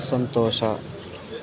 ಸಂತೋಷ